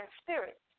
spirit